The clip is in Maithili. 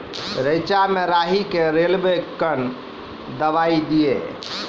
रेचा मे राही के रेलवे कन दवाई दीय?